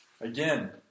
Again